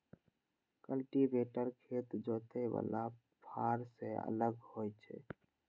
cultivator खेत जोतय बला फाड़ सं अलग होइ छै